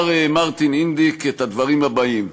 אמר מרטין אינדיק את הדברים האלה: